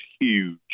huge